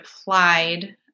applied